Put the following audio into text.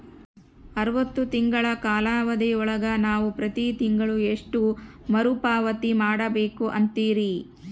ಅರವತ್ತು ತಿಂಗಳ ಕಾಲಾವಧಿ ಒಳಗ ನಾವು ಪ್ರತಿ ತಿಂಗಳು ಎಷ್ಟು ಮರುಪಾವತಿ ಮಾಡಬೇಕು ಅಂತೇರಿ?